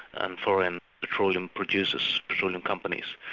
and foreign petroleum producers, petroleum companies,